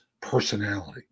personality